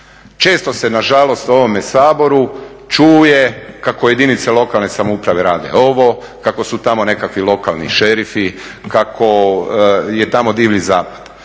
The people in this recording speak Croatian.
Često se nažalost u ovome Saboru čuje kako jedinice lokalne samouprave rade ovo, kako su tamo nekakvi lokalni šerifi, kako je tamo divlji zapad.